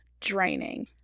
draining